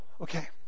okay